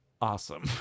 Awesome